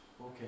okay